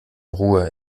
ruhe